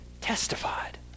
testified